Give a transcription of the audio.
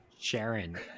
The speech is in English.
Sharon